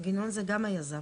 גינון זה גם היזם,